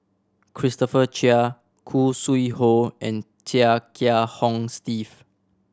Christopher Chia Khoo Sui Hoe and Chia Kiah Hong Steve